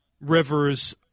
Rivers